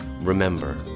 remember